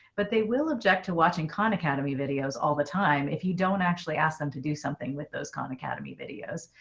but they will object to watching khan academy videos all the time if you don't actually ask them to do something with those khan academy videos.